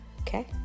Okay